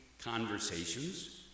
conversations